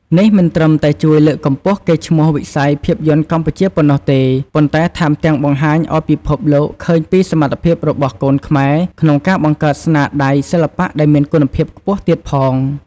នេះមិនត្រឹមតែជួយលើកកម្ពស់កេរ្តិ៍ឈ្មោះវិស័យភាពយន្តកម្ពុជាប៉ុណ្ណោះទេ ប៉ុន្តែថែមទាំងបង្ហាញឱ្យពិភពលោកឃើញពីសមត្ថភាពរបស់កូនខ្មែរក្នុងការបង្កើតស្នាដៃសិល្បៈដែលមានគុណភាពខ្ពស់ទៀតផង។